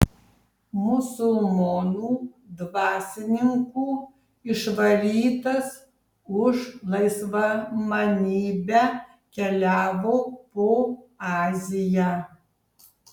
musulmonų dvasininkų išvarytas už laisvamanybę keliavo po aziją